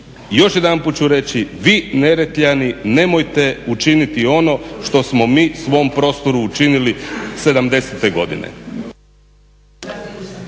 Još jedanput ću reći, vi neretljani nemojte učiniti ono što smo mi svom prostoru učinili '70.-te godine.